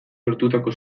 sortutako